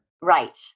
Right